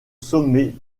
sommet